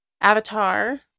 Avatar